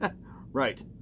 Right